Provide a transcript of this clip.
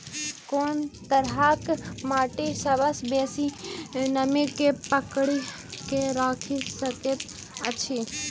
कोन तरहक माटि सबसँ बेसी नमी केँ पकड़ि केँ राखि सकैत अछि?